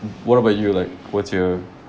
what about you like what's your